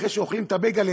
אחרי שאוכלים את הבייגלה,